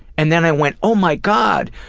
and then i went oh my god,